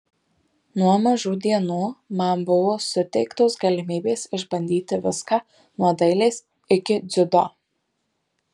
nuo mažų dienų man buvo suteiktos galimybės išbandyti viską nuo dailės iki dziudo